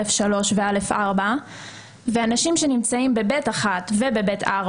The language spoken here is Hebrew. א3 ו-א4 ואנשים שנמצאים ב-ב1 ו-ב4,